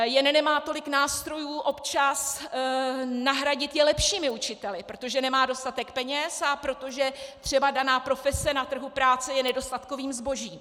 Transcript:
Jen nemá tolik nástrojů nahradit je lepšími učiteli, protože nemá dostatek peněz a protože třeba daná profese na trhu práce je nedostatkovým zbožím.